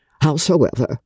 Howsoever